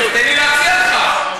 תן לי להציע לך: